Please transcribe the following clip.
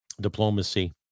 diplomacy